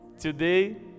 Today